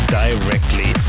directly